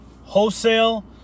wholesale